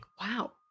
wow